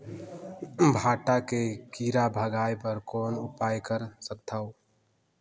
भांटा के कीरा भगाय बर कौन उपाय कर सकथव?